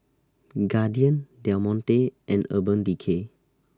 Guardian Del Monte and Urban Decay